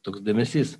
toks dėmesys